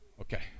Okay